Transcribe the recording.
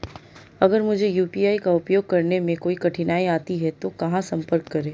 अगर मुझे यू.पी.आई का उपयोग करने में कोई कठिनाई आती है तो कहां संपर्क करें?